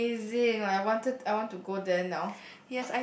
amazing like I wanted I want to go there now